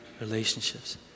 relationships